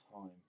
time